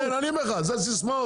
אני אומר לך, זה סיסמאות.